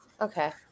Okay